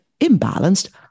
imbalanced